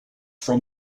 from